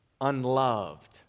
unloved